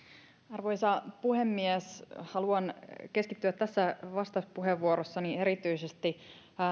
arvoisa puhemies haluan keskittyä tässä vastauspuheenvuorossani erityisesti